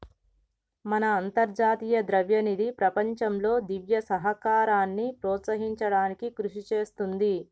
మన అంతర్జాతీయ ద్రవ్యనిధి ప్రపంచంలో దివ్య సహకారాన్ని ప్రోత్సహించడానికి కృషి చేస్తుంది